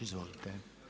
Izvolite.